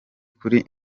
kuri